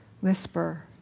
Whisper